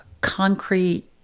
concrete